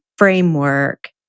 framework